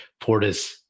Portis